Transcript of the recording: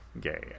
gay